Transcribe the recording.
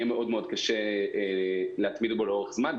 יהיה קשה מאוד להתמיד בו לאורך זמן,